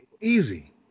Easy